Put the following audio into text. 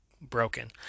broken